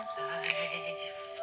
life